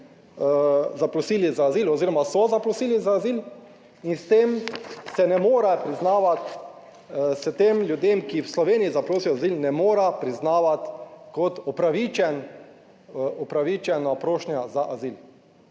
za azil oziroma so zaprosili za azil. In s tem se ne more priznavati, se tem ljudem, ki v Sloveniji zaprosijo za azil, ne more priznavati kot upravičen, upravičena prošnja za azil.